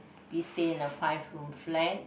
we stay in a five room flat